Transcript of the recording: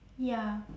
ya